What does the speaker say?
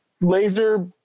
laser